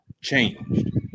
changed